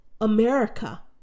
America